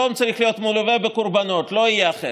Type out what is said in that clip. שלום צריך להיות מלווה בקורבנות, לא יהיה אחרת,